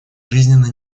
жизненно